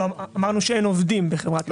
אמרנו שאין עובדים בחברת מפא"ר.